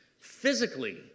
physically